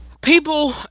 people